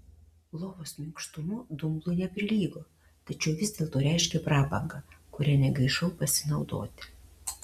lovos minkštumu dumblui neprilygo tačiau vis dėlto reiškė prabangą kuria negaišau pasinaudoti